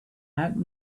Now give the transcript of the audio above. out